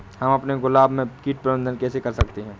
हम अपने गुलाब में कीट प्रबंधन कैसे कर सकते है?